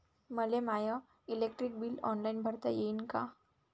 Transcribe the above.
मले my electric bill online भरता येईन का?